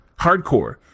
hardcore